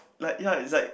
like ya is like